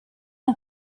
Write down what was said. îmi